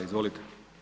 Izvolite.